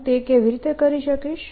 હું તે કેવી રીતે કરી શકીશ